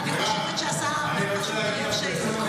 מירב, אני חושבת שהשר, השר ארבל אוהב שאילתות.